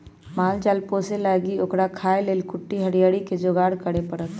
माल जाल पोशे लागी ओकरा खाय् लेल कुट्टी हरियरी कें जोगार करे परत